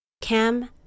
Cam